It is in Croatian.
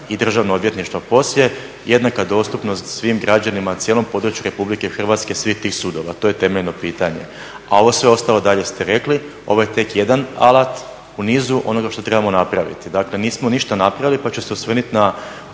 i državno odvjetništvo poslije, jednako dostupnost svim građanima na cijelom području RH svih tih sudova. To je temeljno pitanje. A ovo sve ostalo dalje ste rekli, ovo je tek jedan alat u nizu onoga što trebamo napraviti. Dakle, nismo ništa napravili pa ću se osvrnuti na